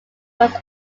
was